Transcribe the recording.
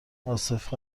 عاصف